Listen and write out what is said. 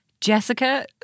Jessica